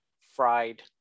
fried